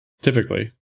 typically